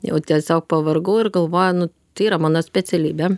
jau tiesiog pavargau ir galvoju nu tai yra mano specialybė